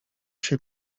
się